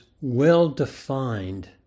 well-defined